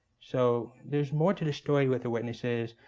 so there's more to the story with the witnesses.